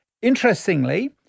Interestingly